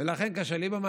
ולכן, כאשר ליברמן